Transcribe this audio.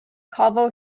kavo